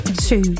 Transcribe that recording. Two